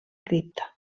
cripta